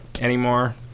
anymore